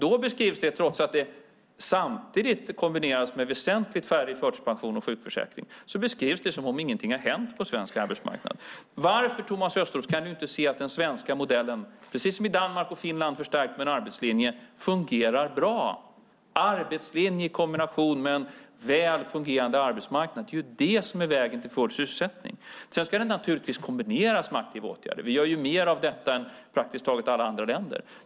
Då beskrivs det, trots att det samtidigt kombineras med väsentligt färre i förtidspension och sjukförsäkring, som att ingenting har hänt på svensk arbetsmarknad. Varför kan inte Thomas Östros se att den svenska modellen, precis som i Danmark och Finland förstärkt med en arbetslinje, fungerar bra? Arbetslinje i kombination med en väl fungerande arbetsmarknad är vägen till full sysselsättning. Det ska naturligtvis kombineras med aktiva åtgärder. Vi gör mer av detta än praktiskt taget alla andra länder.